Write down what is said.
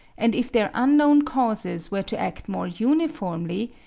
and if their unknown causes were to act more uniformly,